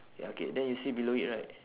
ya K then you see below it right